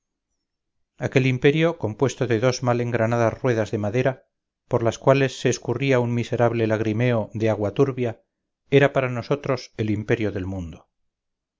aquel imperio compuesto de dos mal engranadas ruedas de madera por las cuales se escurría un miserable lagrimeo de agua turbia era para nosotros el imperio del mundo